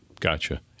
Gotcha